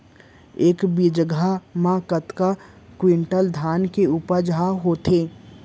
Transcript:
एक बीघा म कतका क्विंटल धान के उपज ह होथे?